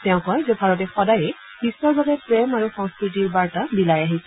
তেওঁ কয় যে ভাৰতে সদায়েই বিশ্বৰ বাবে প্ৰেম আৰু সংস্কৃতিৰ বাৰ্তা বিলাই আহিছে